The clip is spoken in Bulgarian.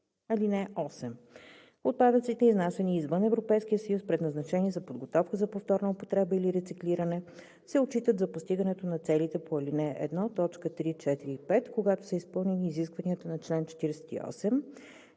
(8) Отпадъците, изнасяни извън Европейския съюз, предназначени за подготовка за повторна употреба или рециклиране, се отчитат за постигането на целите по ал. 1, т. 3, 4 и 5, когато са изпълнени изискванията на чл. 48